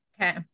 Okay